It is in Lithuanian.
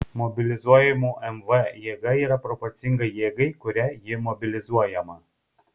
mobilizuojamų mv jėga yra proporcinga jėgai kuria ji mobilizuojama